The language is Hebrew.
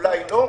אולי לא.